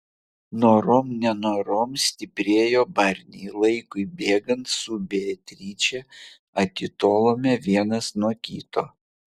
norom nenorom stiprėjo barniai laikui bėgant su beatriče atitolome vienas nuo kito